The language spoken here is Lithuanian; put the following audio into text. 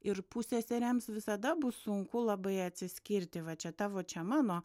ir pusseserėms visada bus sunku labai atsiskirti va čia tavo čia mano